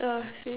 ah same